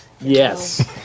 Yes